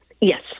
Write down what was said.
Yes